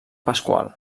pasqual